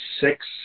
six